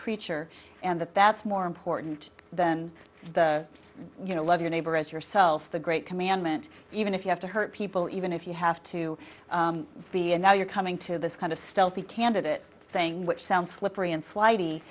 creature and that that's more important than you know love your neighbor as yourself the great commandment even if you have to hurt people even if you have to be and now you're coming to this kind of stealthy candidate thing which sounds slippery and slighty